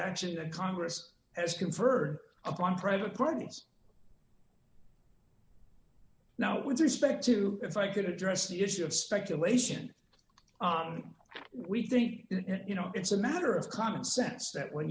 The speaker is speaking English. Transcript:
action that congress has conferred upon private parties now i would suspect too if i could address the issue of speculation we think you know it's a matter of common sense that when